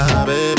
baby